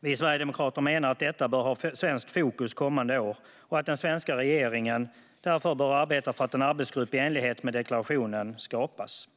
Vi sverigedemokrater menar att detta bör ha svenskt fokus kommande år och att den svenska regeringen bör arbeta för att en arbetsgrupp i enlighet med deklarationen skapas.